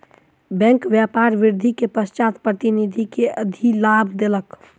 bank व्यापार वृद्धि के पश्चात प्रतिनिधि के अधिलाभ देलक